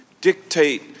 dictate